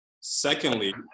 Secondly